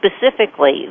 specifically